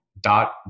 dot